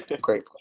great